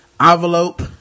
envelope